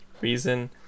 reason